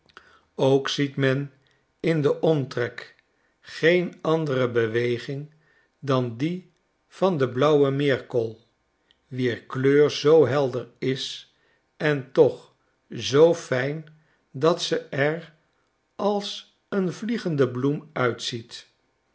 ook ziet men in den omtrek geen andere beweging dan die vande blauwe meerkol wier kleur zoo helder is en toch zoo fijn dat ze r als een vliegende bloem uitziet